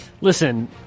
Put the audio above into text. Listen